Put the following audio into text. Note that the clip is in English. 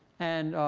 and